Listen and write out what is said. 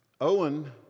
Owen